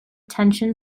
tension